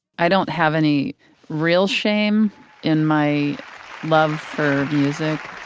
i don't have any real shame in my love for music.